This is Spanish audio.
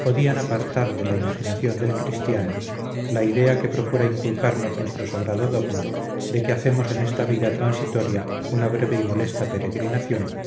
podían apartar de la imaginación del cristiano la idea que procura inculcarnos nuestro sagrado dogma de que hacemos en esta vida transitoria una breve y molesta peregrinación